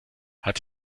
hat